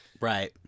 right